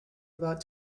about